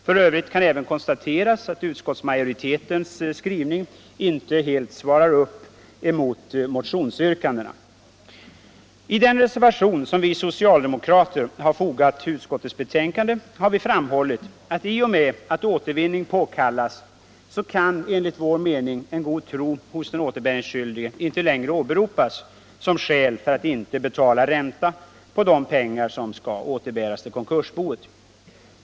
För övrigt kan även konstateras att utskottsmajoritetens skrivning inte helt motsvarar motionsyrkandena. I den reservation som vi socialdemokrater har fogat vid utskottets betänkande har vi framhållit att i och med att återvinning påkallas så kan enligt vår mening god tro hos den återbäringsskyldige inte längre åberopas som skäl för att inte betala ränta på de pengar som skall återbäras till konkursboet.